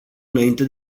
înainte